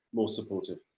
more supportive.